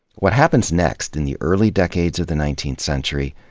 what happens next, in the early decades of the nineteenth century,